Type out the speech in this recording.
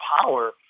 power